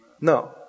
No